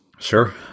Sure